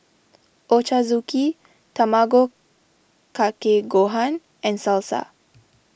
Ochazuke Tamago Kake Gohan and Salsa